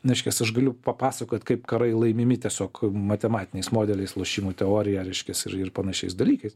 reiškias aš galiu papasakot kaip karai laimimi tiesiog matematiniais modeliais lošimų teorija reiškias ir ir panašiais dalykais